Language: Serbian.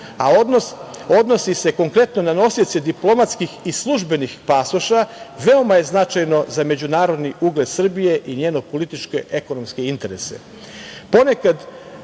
a odnosi se konkretno na nosioce diplomatskih i službenih pasoša, veoma je značajno za međunarodni ugled Srbije i njene političke i ekonomske interese. Ponekad,